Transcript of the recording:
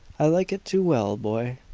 i like it too well, boy.